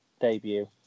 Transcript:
debut